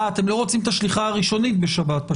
אה, אתם לא רוצים את השליחה הראשונית בשבת.